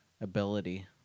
ability